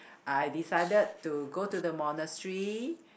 I decided to go to the monastery